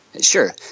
Sure